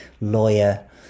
lawyer